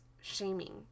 shaming